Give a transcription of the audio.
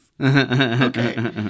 Okay